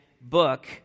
book